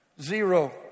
Zero